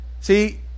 See